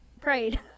prayed